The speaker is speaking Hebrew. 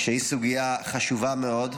שהיא סוגיה חשובה מאוד.